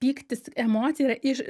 pyktis emocija yra iš